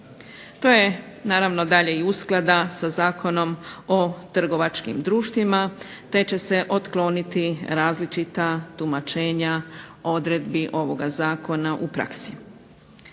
To je naravno dalje usklada sa Zakonom o trgovačkim društvima te će se otkloniti različita tumačenja odredbi ovog Zakona u praksi.